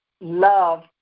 love